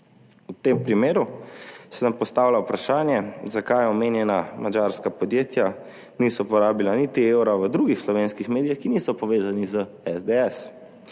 V tem primeru se nam postavlja vprašanje, zakaj omenjena madžarska podjetja niso porabila niti evra v drugih slovenskih medijih, ki niso povezani z SDS.